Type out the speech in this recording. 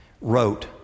Wrote